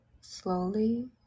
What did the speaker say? slowly